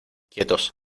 quietos